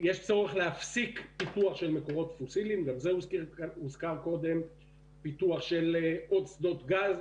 יש צורך להפסיק טיפול של מקורות פוסיליים ופיתוח של עוד שדות גז.